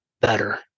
better